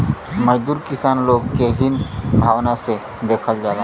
मजदूर किसान लोग के हीन भावना से देखल जाला